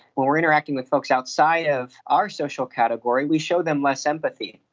when we are interacting with folks outside of our social category we show them less empathy.